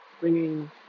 bringing